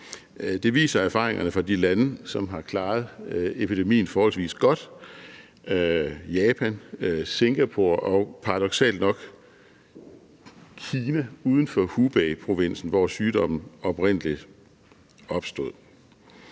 Det viser erfaringerne fra de lande, som har klaret epidemien forholdsvis godt: Japan, Singapore og paradoksalt nok Kina uden for Hubeiprovinsen, hvor sygdommen oprindelig opstod.